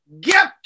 Get